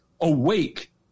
Awake